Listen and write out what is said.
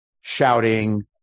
shouting